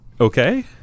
okay